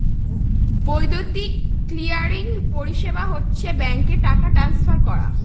বৈদ্যুতিক ক্লিয়ারিং পরিষেবা হচ্ছে ব্যাঙ্কে টাকা ট্রান্সফার করা